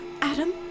Adam